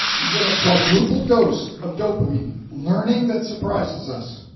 you get a quadruple dose of dopamine learning that surprises us.